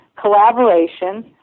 Collaboration